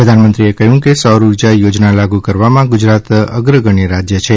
પ્રધાનમંત્રીએ કહ્યું કે સૌર ઉર્જા યોજના લાગુ કરવામાં ગુજરાત અર્ગગણ્ય રાજ્ય છે